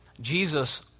Jesus